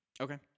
Okay